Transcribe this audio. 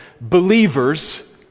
believers